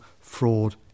fraud